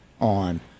on